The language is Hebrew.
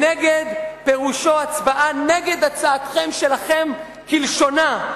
נגד פירושו הצבעה נגד הצעתכם שלכם כלשונה.